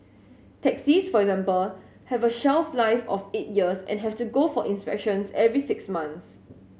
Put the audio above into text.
taxis for example have a shelf life of eight years and have to go for inspections every six months